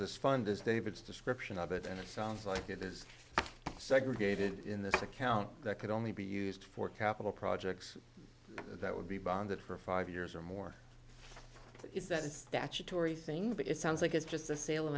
this fund is david's description of it and it sounds like it is segregated in this account that could only be used for capital projects that would be bonded for five years or more it's a statutory thing but it sounds like it's just the sale